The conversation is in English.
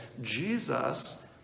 Jesus